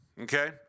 okay